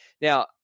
Now